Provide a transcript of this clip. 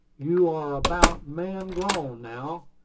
you are about man-grown now,